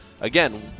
again